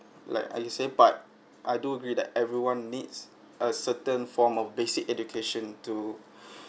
like how you say but I do agree that everyone needs a certain form of basic education to